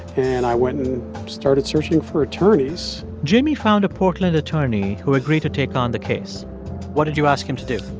and i went started searching for attorneys jamie found a portland attorney who agreed to take on the case what did you ask him to do?